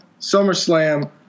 SummerSlam